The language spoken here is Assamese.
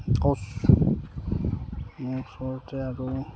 কচ মোৰ ওচৰতে আৰু